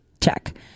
check